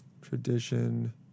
Tradition